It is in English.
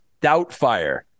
Doubtfire